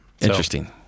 Interesting